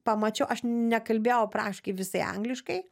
pamačiau aš nekalbėjau praktiškai visi angliškai